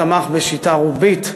תמך בשיטה רובית,